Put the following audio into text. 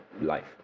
life